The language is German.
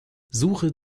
suche